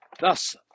Thus